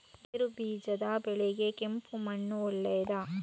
ಗೇರುಬೀಜದ ಬೆಳೆಗೆ ಕೆಂಪು ಮಣ್ಣು ಒಳ್ಳೆಯದಾ?